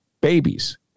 babies